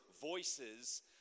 voices